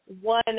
one